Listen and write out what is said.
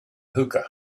hookah